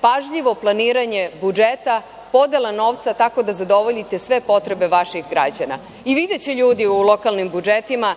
pažljivo planiranje budžeta, podela novca tako da zadovoljite sve potrebe vaših građana. Videće ljudi u lokalnim budžetima